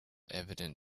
evident